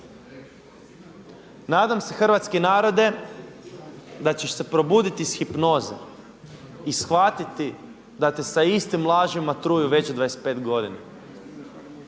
Nadam se hrvatski narode da ćeš se probuditi iz hipnoze i shvatiti da te sa istim lažima truju već 25 godina